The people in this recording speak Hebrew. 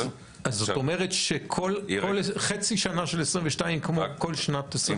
אז זאת אומרת שכל חצי שנה של 2022 היא כמו כל שנת 2021?